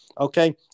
Okay